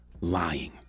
lying